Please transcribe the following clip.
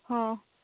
ହଁ